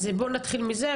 אז בוא נתחיל מזה,